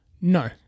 no